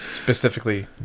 Specifically